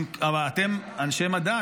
אבל אתם אנשי מדע,